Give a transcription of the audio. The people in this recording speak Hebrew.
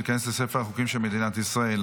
ותיכנס לספר החוקים של מדינת ישראל.